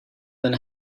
than